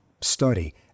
study